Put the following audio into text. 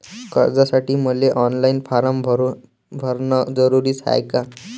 कर्जासाठी मले online form भरन जरुरीच हाय का?